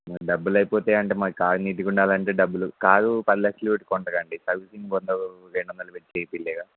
డబ్బులు అయిపోతాయి అంటే మరి కార్ నీట్గా ఉండాలంటే డబ్బులు కారు పల్లకి రూటు కొంటకండి సర్వీసింగ్ పోతే రేండొందలు పెట్టి చేయిపిస్తారుగా